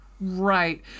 Right